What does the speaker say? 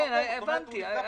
הבנתי.